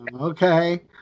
Okay